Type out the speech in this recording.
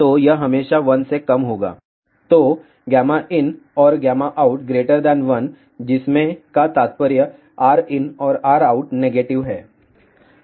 तो यह हमेशा 1 से कम होगा तो inऔर out 1 जिसमें का तात्पर्य Rin और Rout नेगेटिव हैं